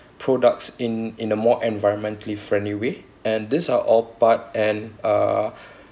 products in in a more environmentally friendly way and these are all part and uh